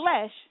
flesh